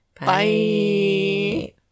Bye